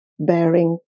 Bearing